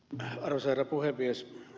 arvoisa herra puhemies